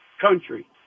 country